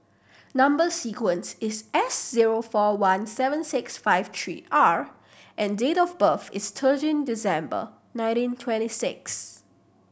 number sequence is S zero four one seven six five three R and date of birth is thirteen December nineteen twenty six